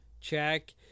check